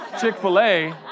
Chick-fil-A